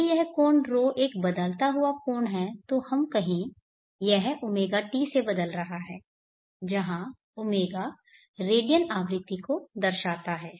यदि यह कोण ρ एक बदलता हुआ कोण है तो हम कहें यह ωt से बदल रहा है जहां ω रेडियन आवृत्ति को दर्शाता है